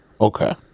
Okay